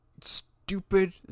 stupid